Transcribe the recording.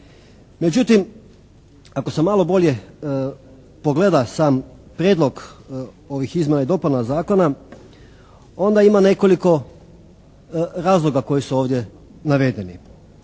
Međutim, ako se malo bolje pogleda sam prijedlog ovih izmjena i dopuna zakona onda ima nekoliko razloga koji su ovdje navedeni.